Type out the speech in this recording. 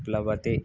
प्लवते